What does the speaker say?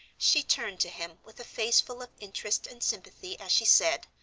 she turned to him with a face full of interest and sympathy as she said,